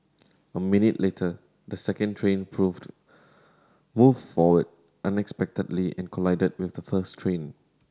a minute later the second train proved move forward unexpectedly and collided with the first train